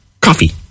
coffee